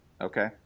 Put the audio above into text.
okay